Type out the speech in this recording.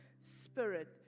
spirit